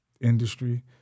industry